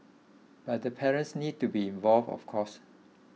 but the parents need to be involved of course